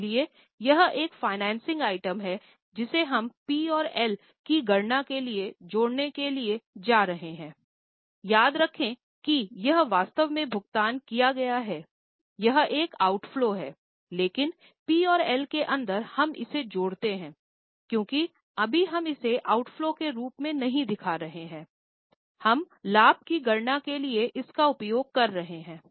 इसलिए यह एक फाइनेंसिंग आइटम है जिसे हम पी और एल की गणना के लिए जोड़ने के लिए जा रहे हैं याद रखें कि यह वास्तव में भुगतान किया गया है यह एक ऑउटफ्लो है लेकिन पी और एल के अंदर हम इसे जोड़ते हैं क्योंकि अभी हम इसे ऑउटफ्लो के रूप में नहीं दिखा रहे हैं हम लाभ की गणना के लिए इसका उपयोग कर रहे हैं